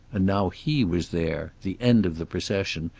and now he was there, the end of the procession,